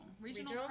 regional